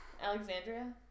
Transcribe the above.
Alexandria